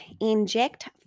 inject